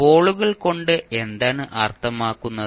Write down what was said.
പോളുകൾ കൊണ്ട് എന്താണ് അർത്ഥമാക്കുന്നത്